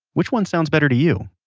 which one sounds better to you?